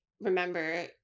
remember